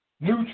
New